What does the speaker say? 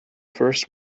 first